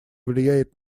влияет